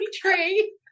tree